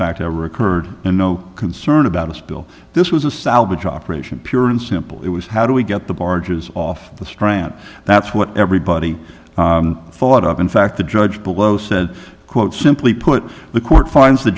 fact ever occurred and no concern about a spill this was a salvage operation pure and simple it was how do we get the barges off the strand that's what everybody thought of in fact the judge below said quote simply put the court finds the